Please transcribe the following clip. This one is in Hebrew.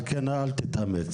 על כן אל תתאמץ,